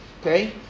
okay